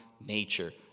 nature